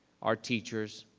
our teachers,